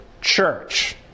church